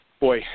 Boy